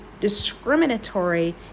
discriminatory